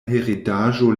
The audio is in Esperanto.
heredaĵo